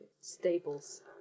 Staples